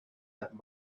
that